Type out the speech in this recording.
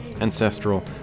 ancestral